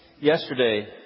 Yesterday